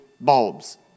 bulbs